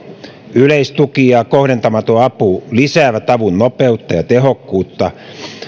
yleistuki ja kohdentamaton apu lisäävät avun nopeutta ja tehokkuutta